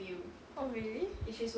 oh really